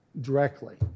directly